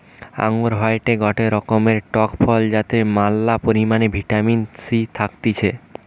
আঙ্গুর হয়টে গটে রকমের টক ফল যাতে ম্যালা পরিমাণে ভিটামিন সি থাকতিছে